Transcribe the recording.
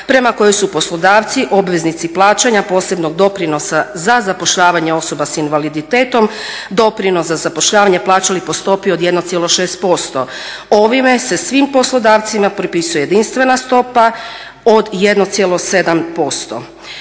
prema kojoj su poslodavci obveznici plaćanja posebnog doprinosa za zapošljavanje osoba s invaliditetom, doprinos za zapošljavanje plaćali po stopi od 1,6%. Ovime se svim poslodavcima propisuje jedinstvena stopa od 1,7%.